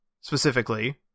specifically